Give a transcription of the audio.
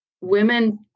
women